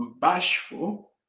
bashful